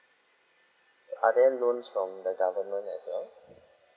are there loans from the government as well